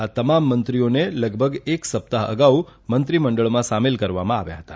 આ તમામ મંત્રીઓને લગભગ એક સપ્તાહ અગાઉ મંત્રીમંડળમાં સામેલ કરવામાં આવ્યાં હતા